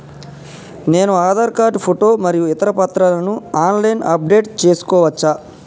నేను Aadhaar card photo మరియు ఇతర పత్రాలను ఆన్ లైన్ అప్ డెట్ చేసుకోవచ్చా?